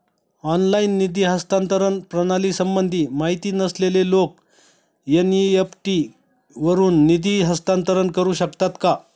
Online निधी हस्तांतरण प्रणालीसंबंधी माहिती नसलेले लोक एन.इ.एफ.टी वरून निधी हस्तांतरण करू शकतात का?